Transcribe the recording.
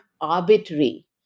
arbitrary